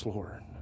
Lord